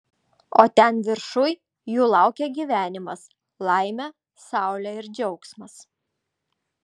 o ten viršuj jų laukia gyvenimas laimė saulė ir džiaugsmas